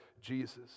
Jesus